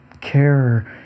care